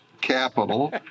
capital